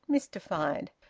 mystified.